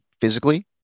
physically